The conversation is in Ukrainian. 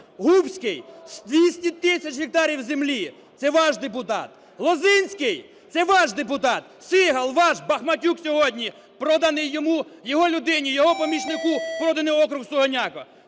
Губський – 200 тисяч гектарів землі. Це ваш депутат. Лозинський – це ваш депутат. Сігал – ваш. Бахматюк сьогодні проданий йому, його людині, його помічнику, проданий округ Сугоняко.